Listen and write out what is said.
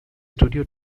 studio